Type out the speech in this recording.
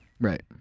right